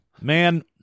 Man